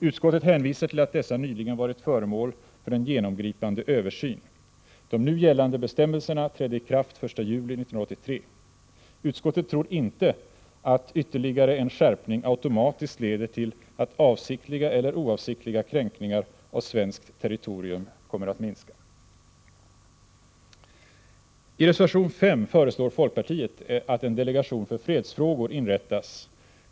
Utskottet hänvisar till att dessa nyligen varit föremål för en genomgripande översyn. De nu gällande bestämmelserna trädde i kraft den 1 juli 1983. Utskottet tror inte att ytterligare en skärpning automatiskt leder till att avsiktliga eller oavsiktliga kränkningar av svenskt territorium kommer att minska. I reservation 5 föreslår folkpartiet att en delegation för fredsfrågor inrättas.